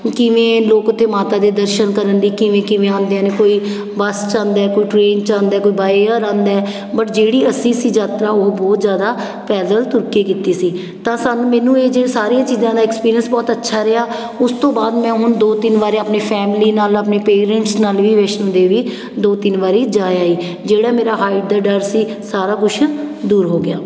ਕਿਵੇਂ ਲੋਕ ਉੱਥੇ ਮਾਤਾ ਦੇ ਦਰਸ਼ਨ ਕਰਨ ਲਈ ਕਿਵੇਂ ਕਿਵੇਂ ਆਉਂਦੇ ਨੇ ਕੋਈ ਬੱਸ 'ਚ ਆਉਂਦਾ ਕੋਈ ਟ੍ਰੇਨ 'ਚ ਆਉਂਦਾ ਕੋਈ ਬਾਏ ਏਅਰ ਆਉਂਦਾ ਬਟ ਜਿਹੜੀ ਅਸੀਂ ਸੀ ਯਾਤਰਾ ਉਹ ਬਹੁਤ ਜ਼ਿਆਦਾ ਪੈਦਲ ਤੁਰ ਕੇ ਕੀਤੀ ਸੀ ਤਾਂ ਸਾਨੂੰ ਮੈਨੂੰ ਇਹ ਜੇ ਸਾਰੀਆਂ ਚੀਜ਼ਾਂ ਦਾ ਐਕਸਪੀਰੀਅੰਸ ਬਹੁਤ ਅੱਛਾ ਰਿਹਾ ਉਸ ਤੋਂ ਬਾਅਦ ਮੈਂ ਹੁਣ ਦੋ ਤਿੰਨ ਵਾਰ ਆਪਣੀ ਫੈਮਲੀ ਨਾਲ ਆਪਣੇ ਪੇਰੈਂਟਸ ਨਾਲ ਵੀ ਵੈਸ਼ਨੋ ਦੇਵੀ ਦੋ ਤਿੰਨ ਵਾਰੀ ਜਾ ਆਈ ਜਿਹੜਾ ਮੇਰਾ ਹਾਈਟ ਦਾ ਡਰ ਸੀ ਸਾਰਾ ਕੁਛ ਦੂਰ ਹੋ ਗਿਆ